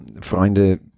Freunde